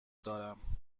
دارم